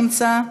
שלא נמצא.